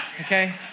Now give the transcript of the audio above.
okay